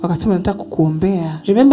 Remember